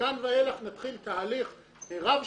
ומכאן ואילך נתחיל תהליך רב-שנתי,